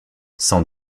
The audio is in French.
sans